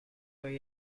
where